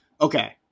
okay